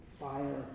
Fire